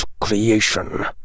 creation